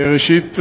ראשית,